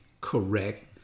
correct